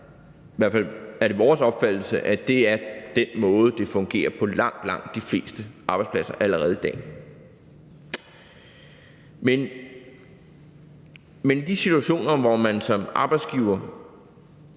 i hvert fald efter vores opfattelse – den måde, det fungerer på på langt, langt de fleste arbejdspladser allerede i dag. Men de situationer, hvor man som arbejdsgiver